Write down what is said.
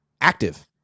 active